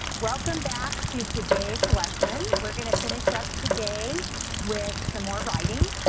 welcome back to today's lesson. we're gonna finish up today with some more writing.